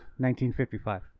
1955